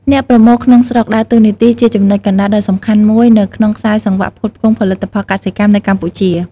អ្នកប្រមូលក្នុងស្រុក ដើរតួនាទីជាចំណុចកណ្ដាលដ៏សំខាន់មួយនៅក្នុងខ្សែសង្វាក់ផ្គត់ផ្គង់ផលិតផលកសិកម្មនៅកម្ពុជា។